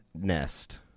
Nest